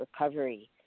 recovery